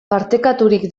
partekaturik